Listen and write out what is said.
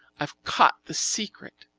i've caught the secret.